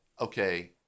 Okay